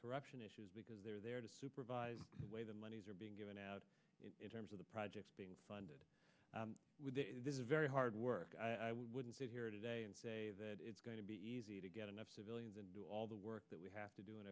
corruption issues because they're there to supervise the way the monies are being given out in terms of the projects being funded with very hard work i wouldn't sit here today and say that it's going to be easy to get enough civilians and do all the work that we have to do in